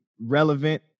relevant